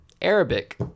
Arabic